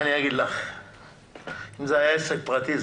אם זה היה עסק פרטי,